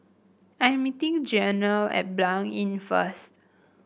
I am meeting Jeana at Blanc Inn first